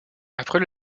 après